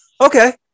okay